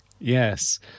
Yes